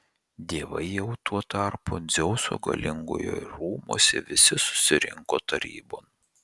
dievai jau tuo tarpu dzeuso galingojo rūmuose visi susirinko tarybon